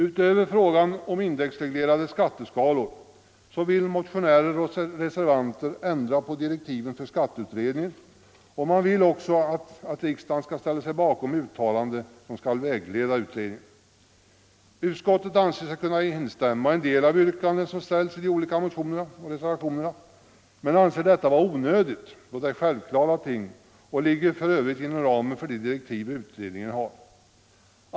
Utöver frågan om indexreglerade skatteskalor vill flera motionärer och reservanter ändra på direktiven för skatteutredningen, och man vill också att riksdagen skall ställa sig bakom uttalanden som skall vägleda utredningen. Utskottet anser sig kunna instämma i en del av de yrkanden som ställts i de olika motionerna och reservationerna men anser detta vara onödigt, då det är självklara ting som ligger inom ramen för utredningens direktiv.